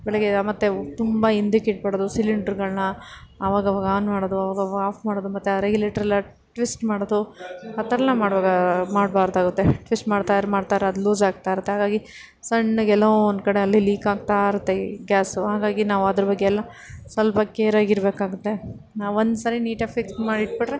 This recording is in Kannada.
ಬೆಳಗ್ಗೆ ಮತ್ತು ತುಂಬ ಹಿಂದಕ್ಕಿಟ್ಬಿಡೋದು ಸಿಲಿಂಡ್ರ್ಗಳನ್ನು ಆವಾಗವಾಗ ಆನ್ ಮಾಡೋದು ಆವಾಗವಾಗ ಆಫ್ ಮಾಡೋದು ಮತ್ತು ಆ ರೈಗ್ಯುಲೇಟ್ರೆಲ್ಲ ಟ್ವಿಸ್ಟ್ ಮಾಡೋದು ಆ ಥರ ಎಲ್ಲ ಮಾಡುವಾಗ ಮಾಡಬಾರ್ದಾಗುತ್ತೆ ಟ್ವಿಸ್ಟ್ ಮಾಡ್ತಾಯಿರ್ ಮಾಡ್ತಾಯಿರ್ ಅದು ಲೂಸ್ ಆಗ್ತಾಯಿರುತ್ತೆ ಹಾಗಾಗಿ ಸಣ್ಣಗೆ ಎಲ್ಲೋ ಒಂದ್ಕಡೆ ಅಲ್ಲಿ ಲೀಕಾಗ್ತಾ ಇರುತ್ತೆ ಗ್ಯಾಸು ಹಾಗಾಗಿ ನಾವದರ ಬಗ್ಗೆ ಎಲ್ಲ ಸ್ವಲ್ಪ ಕೇರಾಗಿರಬೇಕಾಗುತ್ತೆ ನಾವೊಂದ್ಸರಿ ನೀಟಾಗಿ ಫಿಕ್ಸ್ ಮಾಡಿಟ್ಬಿಟ್ರೆ